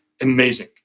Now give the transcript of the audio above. amazing